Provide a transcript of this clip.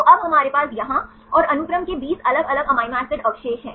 तो अब हमारे पास यहां और अनुक्रम के 20 अलग अलग अमीनो एसिड अवशेष हैं